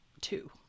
two